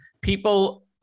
People